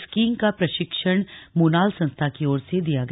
skiing का प्रशिक्षण मोनाल संस्था की ओर से दिया गया